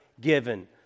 given